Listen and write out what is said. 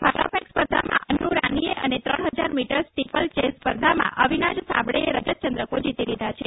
ભાલાફેંક સ્પર્ધામાં અન્ન રાનીએ અને ત્રણ હજાર મીટર સ્ટીપલ ચેઝ સ્પર્ધામાં અવિનાશ સાબળેએ રજત ચંદ્રકો જીતી લીધા છે